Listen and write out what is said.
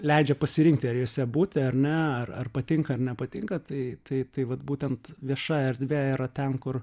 leidžia pasirinkti ar jose būti ar ne ar patinka ar nepatinka tai tai tai vat būtent vieša erdvė yra ten kur